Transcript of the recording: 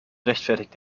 rechtfertigt